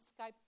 Skype